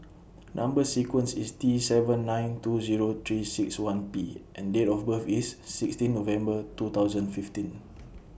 Number sequence IS T seven nine two Zero three six one P and Date of birth IS sixteen November two thousand fifteen